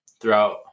throughout